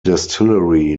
distillery